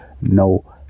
No